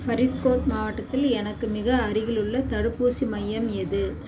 ஃபரீத்கோட் மாவட்டத்தில் எனக்கு மிக அருகிலுள்ள தடுப்பூசி மையம் எது